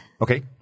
Okay